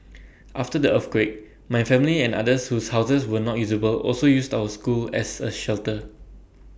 after the earthquake my family and others whose houses were not usable also used our school as A shelter